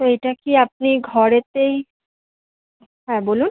তো এটা কি আপনি ঘরেতেই হ্যাঁ বলুন